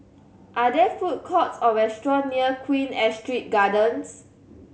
are there food courts or restaurant near Queen Astrid Gardens